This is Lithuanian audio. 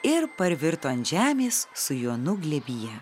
ir parvirto ant žemės su jonu glėbyje